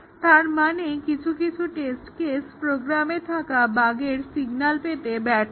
তার মানে কিছু কিছু টেস্ট কেস প্রোগ্রামে থাকা বাগের সিগনাল পেতে ব্যর্থ হয়